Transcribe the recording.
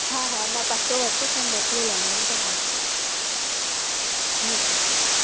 हा हा मां पतो वतो सभु मोकिले लाहींदमि तव्हांखे ठीकु आहे ठीकु आहे